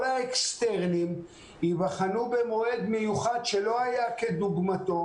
האקסטרנים ייבחנו במועד מיוחד שלא היה כדוגמתו,